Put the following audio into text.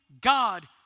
God